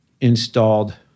installed